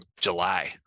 July